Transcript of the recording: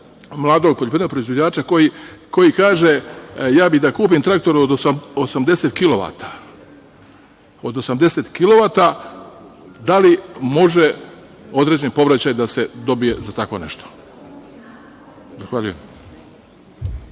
mladog poljoprivrednog proizvođača koji kaže – ja bih da kupim traktor od 80 kilovata, da li može određen povraćaj da se dobije za tako nešto? Zahvaljujem.